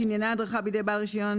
שענייני הדרכה בידי בעל רישיון